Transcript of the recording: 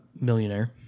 Millionaire